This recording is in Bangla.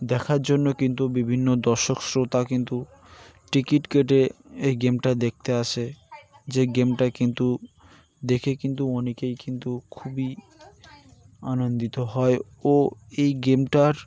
দেখার জন্য কিন্তু বিভিন্ন দর্শক শ্রোতা কিন্তু টিকিট কেটে এই গেমটা দেখতে আসে যে গেমটা কিন্তু দেখে কিন্তু অনেকেই কিন্তু খুবই আনন্দিত হয় ও এই গেমটার